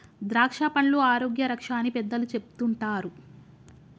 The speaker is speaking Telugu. ద్రాక్షపండ్లు ఆరోగ్య రక్ష అని పెద్దలు చెపుతుంటారు